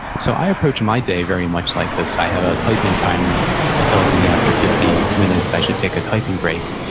so i approach my day very much like this. i have a typing timer that tells me after fifty minutes i should take a typing break.